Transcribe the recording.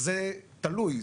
זה תלוי.